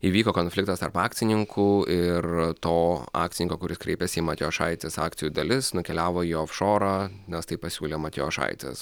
įvyko konfliktas tarp akcininkų ir to akcininko kuris kreipėsi į matijošaitis akcijų dalis nukeliavo į ofšorą nes taip pasiūlė matjošaitis